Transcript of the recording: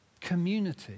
community